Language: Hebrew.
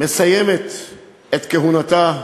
מסיימת את כהונתה,